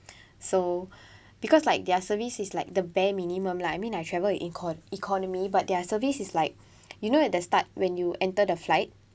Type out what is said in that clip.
so because like their service is like the bare minimum lah I mean I've travelled econ~ economy but their service is like you know at the start when you enter the flight